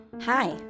hi